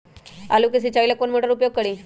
आलू के सिंचाई ला कौन मोटर उपयोग करी?